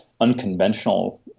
unconventional